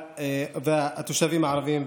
ומעיני התושבים הערבים בפרט?